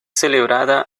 celebrada